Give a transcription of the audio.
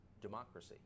democracy